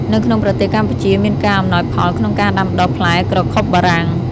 នៅក្នុងប្រទេសកម្ពុជាមានការ អំណោយផលក្នុងការដាំដុះ ផ្លែក្រខុបបារាំង។